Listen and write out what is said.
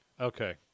Okay